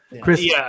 Chris